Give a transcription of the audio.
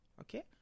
Okay